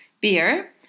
beer